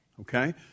Okay